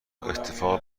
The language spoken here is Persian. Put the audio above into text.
اتفاق